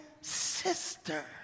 sister